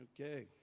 Okay